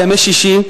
בימי שישי,